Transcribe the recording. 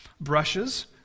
Brushes